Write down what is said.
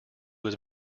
was